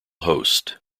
host